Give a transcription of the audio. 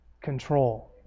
control